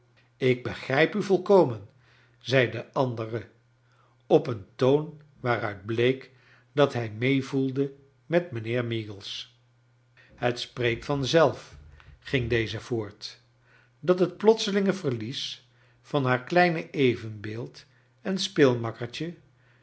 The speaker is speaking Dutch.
ik begrijp u volkomen zei de andere op een toon waaruit bleek dat hij meevoelde met mijnheer meagles het spreekt van zelf ging doze voort dat het plotselinge veriies van haar kleine evenbeeld en